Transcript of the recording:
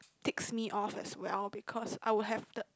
ticks me off as well because I would have the